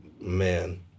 Man